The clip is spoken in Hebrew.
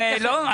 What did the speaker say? למה לא רלוונטי?